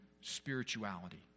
spirituality